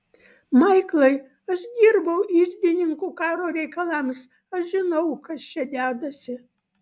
maiklai aš dirbau iždininku karo reikalams aš žinau kas čia dedasi